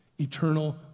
eternal